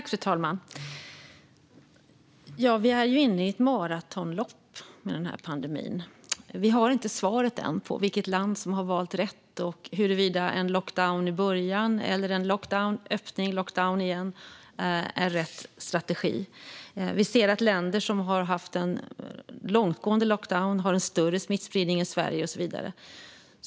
Fru talman! Vi är inne i ett maratonlopp med den här pandemin. Vi har inte svaret än på vilket land som har valt rätt och på huruvida att ha en lockdown i början eller att ha lockdown, öppning och sedan lockdown igen är rätt strategi. Vi ser att länder som har haft en långtgående lockdown har en större smittspridning än Sverige och så vidare.